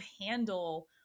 handle